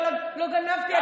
לא גנבתי,